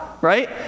right